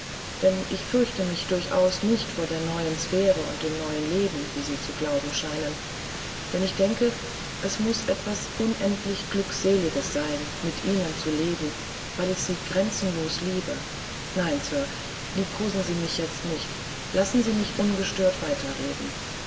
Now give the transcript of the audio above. denn ich fürchte mich durchaus nicht vor der neuen sphäre und dem neuen leben wie sie zu glauben scheinen denn ich denke es muß etwas unendlich glückseliges sein mit ihnen zu leben weil ich sie grenzenlos liebe nein sir liebkosen sie mich jetzt nicht lassen sie mich ungestört